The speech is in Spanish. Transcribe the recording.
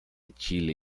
chile